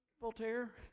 Voltaire